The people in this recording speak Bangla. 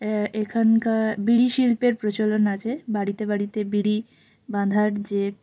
এখানকার বিড়ি শিল্পের প্রচলন আছে বাড়িতে বাড়িতে বিড়ি বাঁধার যে